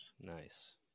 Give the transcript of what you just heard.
Nice